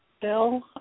Bill